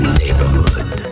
neighborhood